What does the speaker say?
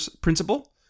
principle